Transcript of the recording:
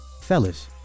Fellas